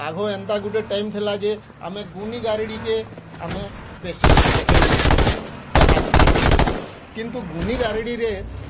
ଆଗ ଏନ୍ତା ଗୋଟେ ଟାଇମ୍ ଥିଲା ଯେ ଆମେ ଗୁନିଗାରେଡ଼ି କେ ଆମେ ବେଶୀ ଦେଖେଇ ଦେଖା ଦେଖି କରୁଥିଲୁ କିନ୍ତୁ ଗୁନି ଗାରେଡ଼ିରେ